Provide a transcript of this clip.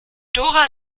dora